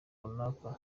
runaka